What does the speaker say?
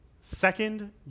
Second